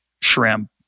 shrimp